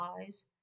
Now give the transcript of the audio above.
eyes